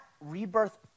rebirth